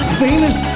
famous